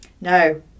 No